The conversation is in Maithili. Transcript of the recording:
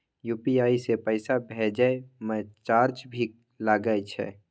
यु.पी.आई से पैसा भेजै म चार्ज भी लागे छै?